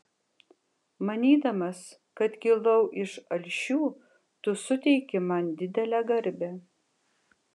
manydamas kad kilau iš alšių tu suteiki man didelę garbę